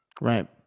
Right